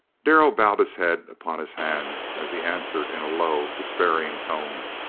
darrell bowed his head upon his hands as he answered in a low, despairing tone